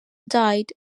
died